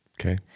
Okay